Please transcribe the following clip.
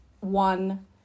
one